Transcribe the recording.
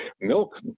milk